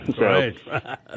Right